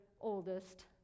oldest